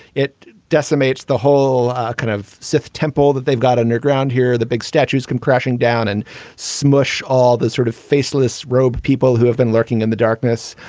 it decimates the whole kind of siff temple that they've got underground here. the big statues come crashing down and smush all this sort of faceless, robed people who have been lurking in the darkness.